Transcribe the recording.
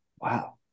Wow